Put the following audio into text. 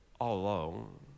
alone